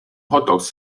hotdogs